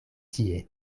tie